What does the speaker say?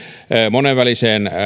monenväliseen